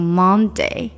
monday